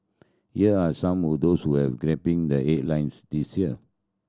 here are some of those which have grabbing the headlines this year